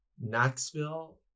knoxville